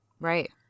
Right